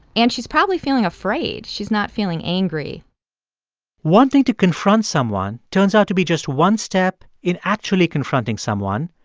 and she's probably feeling afraid. she's not feeling angry wanting to confront someone turns out to be just one step in actually confronting someone.